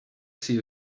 see